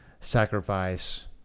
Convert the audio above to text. sacrifice